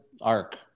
arc